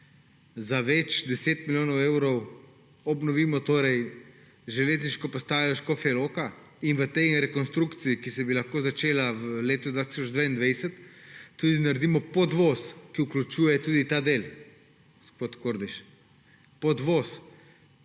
za več 10 milijonov evrov obnovimo železniško postajo Škofja Loka in v tej rekonstrukciji, ki bi se lahko začela v letu 2022, tudi naredimo podvoz, ki vključuje tudi ta del, gospod